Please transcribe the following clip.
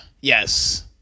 Yes